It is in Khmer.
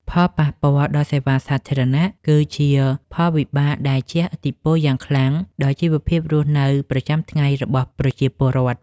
ផលប៉ះពាល់ដល់សេវាសាធារណៈ គឺជាផលវិបាកដែលជះឥទ្ធិពលយ៉ាងខ្លាំងដល់ជីវភាពរស់នៅប្រចាំថ្ងៃរបស់ប្រជាពលរដ្ឋ។